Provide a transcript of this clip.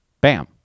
bam